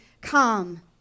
come